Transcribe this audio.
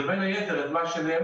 זה בין היתר את מה שנאמר,